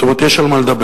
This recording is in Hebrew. זאת אומרת: יש על מה לדבר.